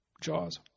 Jaws